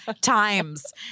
times